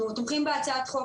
אנחנו תומכים בהצעת החוק,